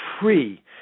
free